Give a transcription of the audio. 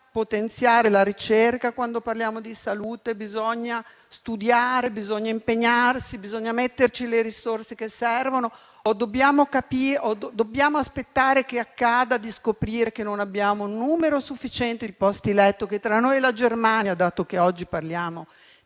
potenziare la ricerca quando parliamo di salute, che bisogna studiare, bisogna impegnarsi e bisogna metterci le risorse che servono? Dobbiamo aspettare che accada per scoprire che non abbiamo numero sufficiente di posti letto e che tra noi e la Germania - dato che oggi parliamo